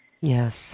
yes